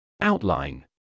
Outline